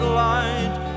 light